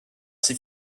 ces